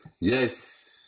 yes